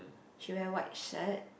she wear white shirt